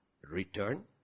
Return